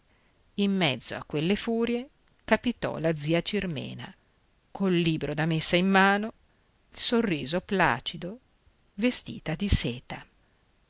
in mezzo a quelle furie capitò la zia cirmena col libro da messa in mano il sorriso placido vestita di seta